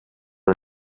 are